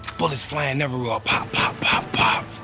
bullets flying everywhere, ah pop, pop, pop, pop.